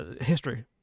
History